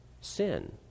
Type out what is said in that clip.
sin